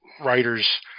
writers